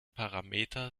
parameter